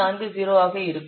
40 ஆக இருக்கும்